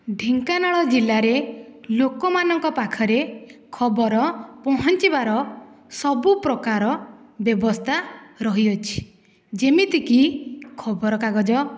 ଢେଙ୍କାନାଳ ଜିଲ୍ଲାରେ ଲୋକମାନଙ୍କ ପାଖରେ ଖବର ପହଞ୍ଚିବାର ସବୁ ପ୍ରକାର ବ୍ୟବସ୍ତା ରହିଅଛି ଯେମିତିକି ଖବରକାଗଜ